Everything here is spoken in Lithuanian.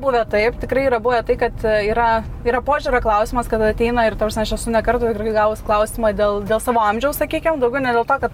buvę taip tikrai yra buvę tai kad yra yra požiūrio klausimas kada ateina ir ta prasme aš esu ne kartą gavus klausimą dėl dėl savo amžiaus sakykim daugiau ne dėl to kad